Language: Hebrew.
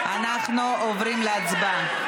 אנחנו עוברים להצבעה,